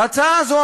ההצעה הזאת,